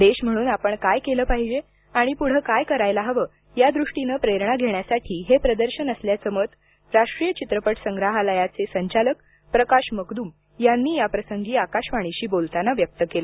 देश म्हणून आपण काय केलं पाहिजे आणि पुढे काय करायला हवं या दृष्टीने प्रेरणा घेण्यासाठी हे प्रदर्शन असल्याचं मत राष्ट्रीय चित्रपट संग्रहालयाचे संचालक प्रकाश मगदूम यांनी याप्रसंगी आकाशवाणीशी बोलताना व्यक्त केलं